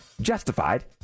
justified